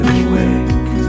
awake